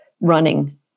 running